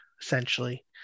essentially